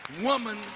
woman